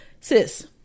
Sis